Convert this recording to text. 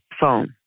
phone